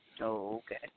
okay